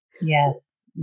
Yes